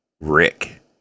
Rick